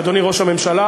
אדוני ראש הממשלה.